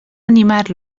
animar